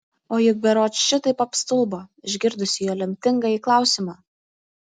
o juk berods šitaip apstulbo išgirdusi jo lemtingąjį klausimą